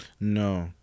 no